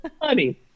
Honey